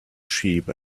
sheep